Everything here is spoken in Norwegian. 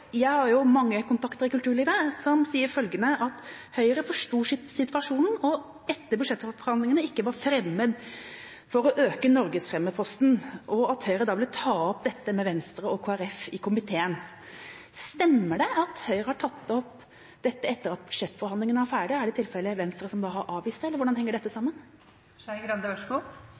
Jeg har mange kontakter i kulturlivet som sier at Høyre forsto situasjonen, at de etter budsjettforhandlingene ikke var fremmede for å øke norgesfremme-posten, og at Høyre da ville ta opp dette med Venstre og Kristelig Folkeparti i komiteen. Stemmer det at Høyre har tatt opp dette etter at budsjettforhandlingene var ferdige? Er det i tilfelle da Venstre som har avvist det, eller hvordan henger dette sammen?